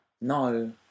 No